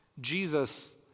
Jesus